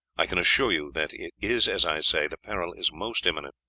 i can assure you that it is as i say the peril is most imminent.